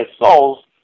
souls